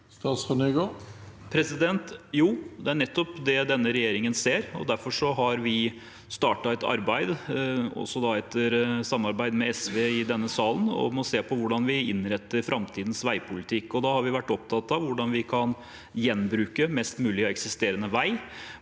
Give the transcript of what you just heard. Nygård Det er nett- opp det denne regjeringen ser, og derfor har vi startet et arbeid, også etter samarbeid med SV i denne salen, om å se på hvordan vi innretter framtidens veipolitikk. Da har vi vært opptatt av hvordan vi kan gjenbruke mest mulig av eksisterende vei,